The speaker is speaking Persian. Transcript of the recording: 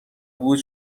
بود